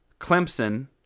Clemson